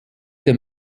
dem